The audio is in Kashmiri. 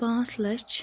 پانٛژھ لَچھ